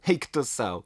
eik tu sau